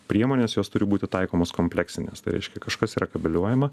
priemonės jos turi būti taikomos kompleksinės tai reiškia kažkas yra kabeliuojama